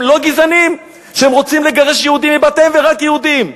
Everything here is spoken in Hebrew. הם לא גזענים שהם רוצים לגרש יהודים מבתיהם ורק יהודים?